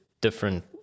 different